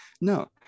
no